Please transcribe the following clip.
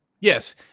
Yes